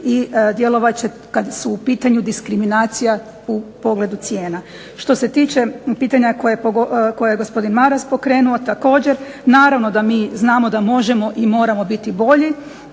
i djelovat će kad su u pitanju diskriminacija u pogledu cijena. Što se tiče pitanja koje je gospodin Maras pokrenuo također naravno da mi znamo da možemo i moramo biti bolji.